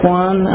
one